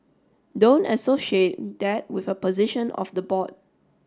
don't associate that with a position of the board